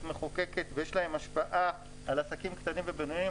מחוקקת ויש להם השפעה על עסקים קטנים ובינוניים.